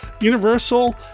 Universal